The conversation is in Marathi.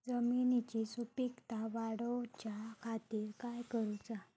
जमिनीची सुपीकता वाढवच्या खातीर काय करूचा?